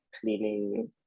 cleaning